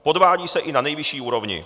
Podvádí se i na nejvyšší úrovni.